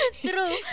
true